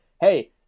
Hey